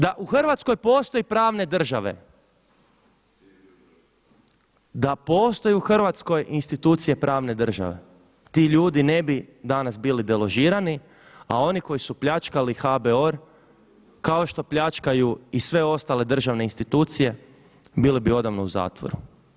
Da u Hrvatskoj postoji pravne države, da postoji u Hrvatskoj institucija pravne države ti ljudi ne bi danas bili deložirani, a oni koji su pljačkali HBOR kao što pljačkaju i sve ostale državne institucije bili bi odavno u zatvoru.